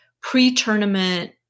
pre-tournament